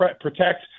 protect